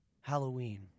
Halloween